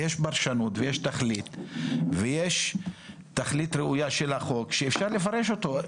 פרשנות ותכלית ויש תכלית ראויה של החוק שניתן לפרש אותו.